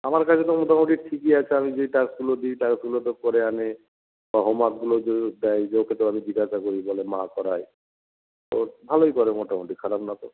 আমার কাছে তো মোটামুটি ঠিকই আছে আমি যে টাস্কগুলো দিই টাস্কগুলো তো করে আনে বা হোমওয়ার্কগুলো যে দেয় ওকে তো আমি জিজ্ঞাসা করি বলে মা করায় তো ভালোই করে মোটামুটি খারাপ না তো